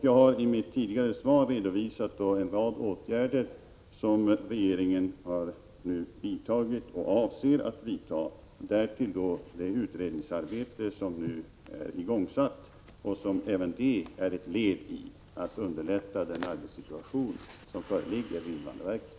Jag har i mitt svar redovisat en rad åtgärder som regeringen har vidtagit och avser att vidta. Därtill kommer det utredningsarbete som nu är igångsatt och som även det är ett led i att underlätta den arbetssituation som föreligger vid invandrarverket.